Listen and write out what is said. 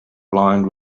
blind